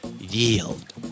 yield